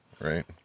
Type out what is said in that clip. right